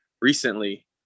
recently